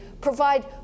provide